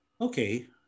okay